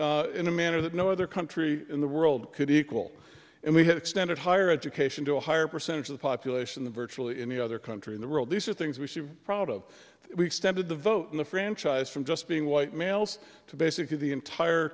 in a manner that no other country in the world could equal and we had extended higher education to a higher percentage of the population the virtually any other country in the world these are things we should be proud of we extended the vote in the franchise from just being white males to basically the entire